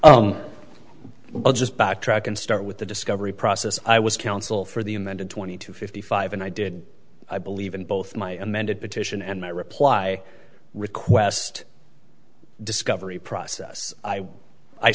i'll just backtrack and start with the discovery process i was counsel for the amended twenty two fifty five and i did i believe in both my amended petition and my reply request discovery process i